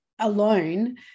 alone